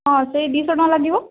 ହଁ ସେଇ ଦୁଇଶହ ଟଙ୍କା ଲାଗିବ